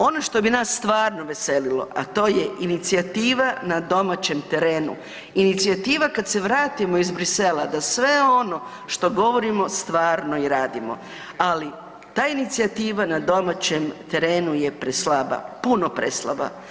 Ono što bi nas stvarno veselilo, a to je inicijativa na domaćem terenu, inicijativa kad se vratimo iz Bruxellesa da sve ono što govorimo stvarno i radimo, ali ta inicijativa na domaćem terenu je preslaba, puno preslaba.